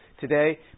today